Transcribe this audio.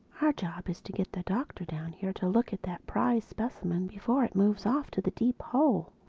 our job is to get the doctor down here to look at that prize specimen before it moves off to the deep hole.